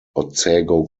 otsego